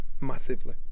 massively